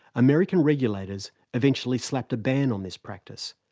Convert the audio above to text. american regulators eventually slapped a ban on this practice,